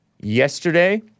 yesterday